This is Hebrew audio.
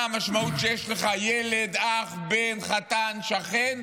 מה המשמעות כשיש לך ילד, אח, בן, חתן, שכן,